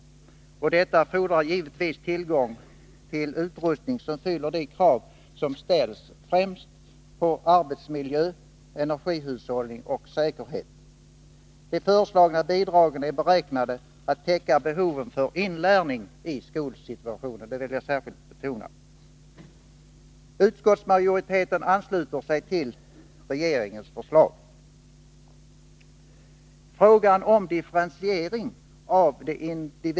Det fordrar givetvis tillgång till utrustning som fyller de krav som ställs främst på arbetsmiljö, energihushållning och säkerhet. De föreslagna bidragen är beräknade att täcka kostnaden för inlärning i skolsituationen; det vill jag särskilt betona. Utskottsmajoriteten ansluter sig till regeringens förslag.